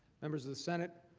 members of the senate.